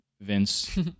Vince